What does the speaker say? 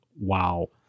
wow